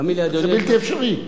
זה בלתי אפשרי.